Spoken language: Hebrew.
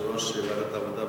יושב-ראש ועדת העבודה,